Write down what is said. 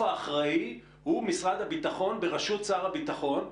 האחראי הוא משרד הביטחון בראשות שר הביטחון,